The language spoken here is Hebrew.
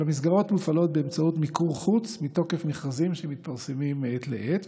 המסגרות מופעלות באמצעות מיקור חוץ מתוקף מכרזים שמתפרסמים מעת לעת,